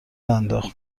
انداخت